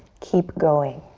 keep going.